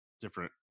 different